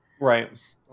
Right